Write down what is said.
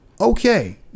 okay